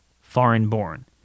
foreign-born